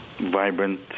Vibrant